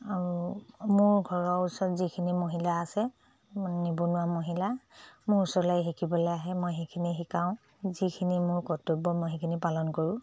আৰু মোৰ ঘৰৰ ওচৰত যিখিনি মহিলা আছে নিবনুৱা মহিলা মোৰ ওচৰলৈ শিকিবলৈ আহে মই সেইখিনি শিকাওঁ যিখিনি মোৰ কৰ্তব্য মই সেইখিনি পালন কৰোঁ